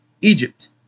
Egypt